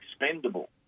expendable